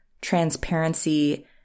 transparency